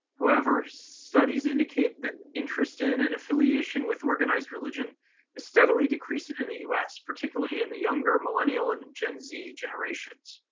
however, studies indicate that interest in and affiliation with organized religion is steadily decreasing in the u s, particularly in the younger millennial and gen z generations.